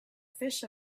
fish